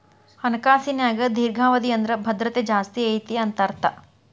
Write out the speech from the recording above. ಹಣಕಾಸಿನ್ಯಾಗ ದೇರ್ಘಾವಧಿ ಅಂದ್ರ ಭದ್ರತೆ ಜಾಸ್ತಿ ಐತಿ ಅಂತ ಅರ್ಥ